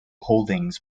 holdings